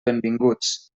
benvinguts